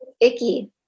Icky